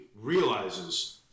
realizes